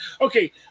Okay